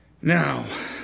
Now